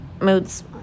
Moods